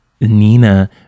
nina